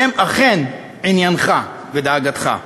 שהם אכן עניינך ודאגתך.